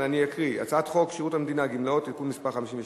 אבל אני אקריא: הצעת חוק שירות המדינה (גמלאות) (תיקון מס' 52),